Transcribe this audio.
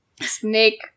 snake